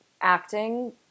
acting